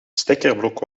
stekkerblok